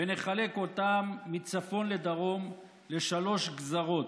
ונחלק אותה מצפון לדרום לשלוש גזרות: